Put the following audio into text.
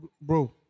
bro